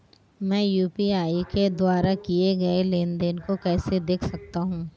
मैं यू.पी.आई के द्वारा किए गए लेनदेन को कैसे देख सकता हूं?